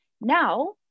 now